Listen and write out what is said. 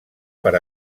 per